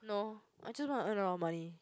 no I just want to earn a lot of money